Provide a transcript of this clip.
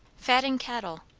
fatting cattle,